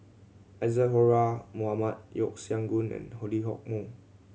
Isadhora Mohamed Yeo Siak Goon and Lee Hock Moh